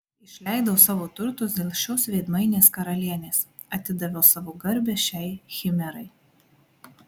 išleidau savo turtus dėl šios veidmainės karalienės atidaviau savo garbę šiai chimerai